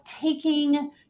taking